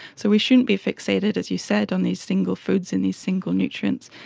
so we shouldn't be fixated, as you said, on these single foods and these single nutrients,